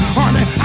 Honey